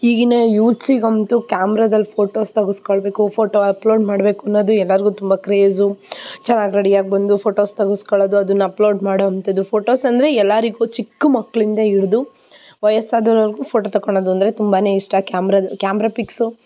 ಈಗಿನ ಯೂತ್ಸಿಗಂತೂ ಕ್ಯಾಮ್ರಾದಲ್ಲಿ ಫೋಟೋಸ್ ತಗೆಸ್ಕೊಳ್ಬೇಕು ಫೋಟೋ ಅಪ್ಲೋಡ್ ಮಾಡಬೇಕು ಅನ್ನೋದು ಎಲ್ಲರ್ಗೂ ತುಂಬ ಕ್ರೇಝು ಚೆನ್ನಾಗಿ ರೆಡಿಯಾಗಿ ಬಂದು ಫೋಟೋಸ್ ತಗೆಸ್ಕಳದು ಅದನ್ನು ಅಪ್ಲೋಡ್ ಮಾಡೋಂಥದ್ದು ಫೋಟೋಸ್ ಅಂದರೆ ಎಲ್ಲರಿಗೂ ಚಿಕ್ಕ ಮಕ್ಕಳಿಂದ ಹಿಡ್ದು ವಯಸ್ಸಾದವ್ರವರ್ಗೂ ಫೋಟೋ ತಗೊಳ್ಳೋದು ಅಂದರೆ ತುಂಬ ಇಷ್ಟ ಕ್ಯಾಮ್ರಾದ ಕ್ಯಾಮ್ರಾ ಪಿಕ್ಸು